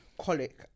colic